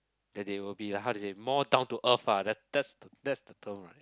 that they will be like how to say more down to earth ah that that's the term right